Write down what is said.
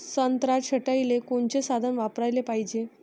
संत्रा छटाईले कोनचे साधन वापराले पाहिजे?